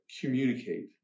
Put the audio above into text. communicate